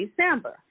December